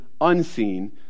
unseen